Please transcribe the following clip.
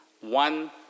One